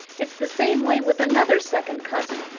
it's the same way with another second cousin,